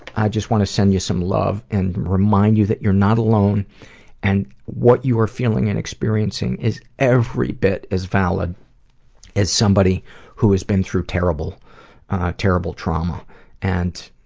i just want to send you some love and remind you that you're not alone and what you are feeling and experiencing is every bit as valid as somebody who has been through terrible, ah terrible trauma and